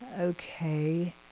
okay